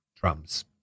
drums